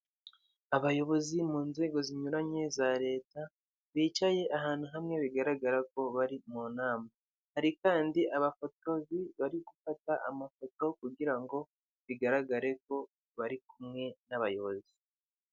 Abayobozi mu nzego zinyuranye za leta bicaye ahantu hamwe bigaragara ko bari mu nama hari kandi abafotozi bari gufata amafoto kugira ngo bigaragare ko bari kumwe n'abayobozi.